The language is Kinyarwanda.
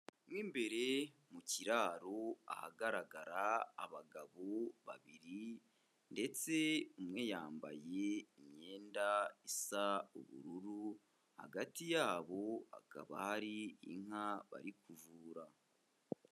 Mo imbere mu kiraro ahagaragara abagabo babiri ndetse umwe yambaye imyenda isa ubururu, hagati yabo hakaba hari inka bari kuvura.